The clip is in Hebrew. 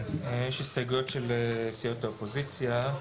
כן, יש הסתייגויות של סיעות האופוזיציה.